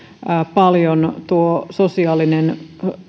paljon sosiaalinen